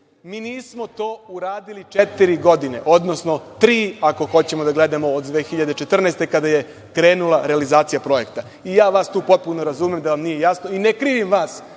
Mi nismo to uradili četiri godine, odnosno tri, ako hoćemo da gledamo od 2014. godine, kada je krenula realizacija projekta. Ja vas tu potpuno razumem da vam nije jasno i ne krivim vas,